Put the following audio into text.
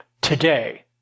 Today